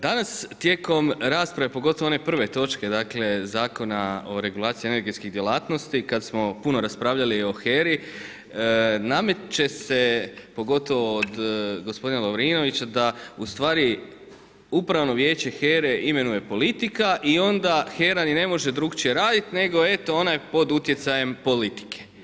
Danas tijekom rasprave, pogotovo tijekom one prve točke, Zakona o regulaciji energetskih djelatnosti, kad smo puno raspravljali o HERA-i, nameće se, pogotovo od gospodina Lovrinovića da ustvari upravno vijeće HERA-e imenuje politika i onda HERA ni ne može drukčije raditi nego eto ona je pod utjecajem politike.